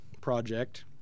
project